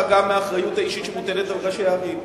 גם מהאחריות האישית שמוטלת על ראשי הערים.